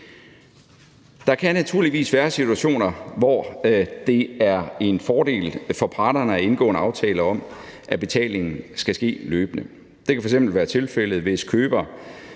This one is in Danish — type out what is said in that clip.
Der kan naturligvis være situationer, hvor det er en fordel for parterne at indgå en aftale om, at betalingen skal ske løbende. Det kan f.eks. være tilfældet, hvis køber